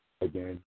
Again